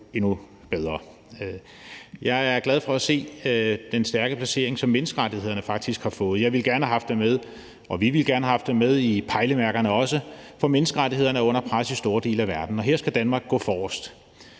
endnu bedre. Jeg er glad for at se den stærke placering, som menneskerettighederne faktisk har fået. Jeg ville gerne have haft dem med og vi ville gerne have haft dem med i pejlemærkerne også, for menneskerettighederne er under pres i store dele af verden, og her skal Danmark gå forrest.